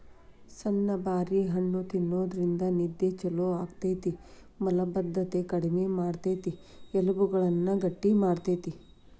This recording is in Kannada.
ಸಣ್ಣು ಬಾರಿ ಹಣ್ಣ ತಿನ್ನೋದ್ರಿಂದ ನಿದ್ದೆ ಚೊಲೋ ಆಗ್ತೇತಿ, ಮಲಭದ್ದತೆ ಕಡಿಮಿ ಮಾಡ್ತೆತಿ, ಎಲಬುಗಳನ್ನ ಗಟ್ಟಿ ಮಾಡ್ತೆತಿ